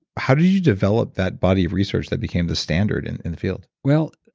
how do you you develop that body of resource that became the standard and in the field? well,